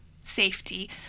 safety